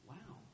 Wow